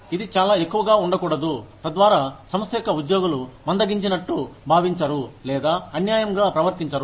ఇది చాలా ఎక్కువగా ఉండకూడదు తద్వారా సంస్థ యొక్క ఉద్యోగులు మందగించినట్లు భావించరు లేదా అన్యాయంగా ప్రవర్తించరు